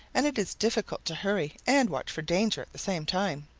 and it is difficult to hurry and watch for danger at the same time.